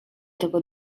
tego